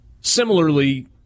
Similarly